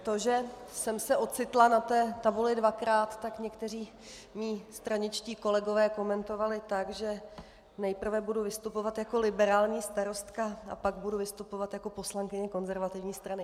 To, že jsem se ocitla na té tabuli dvakrát, někteří mí straničtí kolegové komentovali tak, že nejprve budu vystupovat jako liberální starostka a pak budu vystupovat jako poslankyně konzervativní strany.